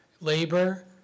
labor